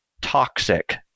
toxic